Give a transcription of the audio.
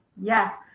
Yes